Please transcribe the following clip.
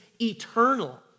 eternal